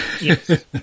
Yes